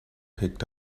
picked